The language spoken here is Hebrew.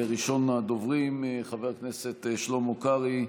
ראשון הדוברים, חבר הכנסת שלמה קרעי.